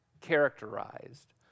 characterized